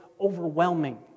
overwhelming